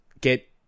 Get